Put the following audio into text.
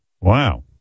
Wow